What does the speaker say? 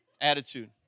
Attitude